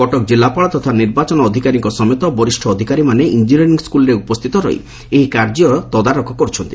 କଟକ ଜିଲ୍ଲାପାଳ ତଥା ନିର୍ବାଚନ ଅଧିକାରୀଙ୍କ ସମେତ ବରିଷ ଅଧିକାରୀମାନେ ଇଞ୍ଞିନିୟରିଂ ସ୍କୁଲରେ ଉପସ୍ଥିତ ରହି ଏହି କାର୍ଯ୍ୟର ତଦାରଖ କରୁଛନ୍ତି